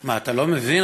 מה, אתה לא מבין?